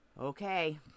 Okay